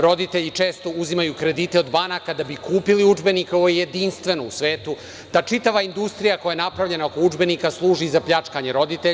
Roditelji često uzimaju kredite od banaka da bi kupili udžbenik, ovo je jedinstveno u svetu, da čitava industrija koja je napravljena oko udžbenika služi za pljačkanje roditelja.